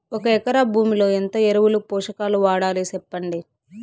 ఒక ఎకరా భూమిలో ఎంత ఎరువులు, పోషకాలు వాడాలి సెప్పండి?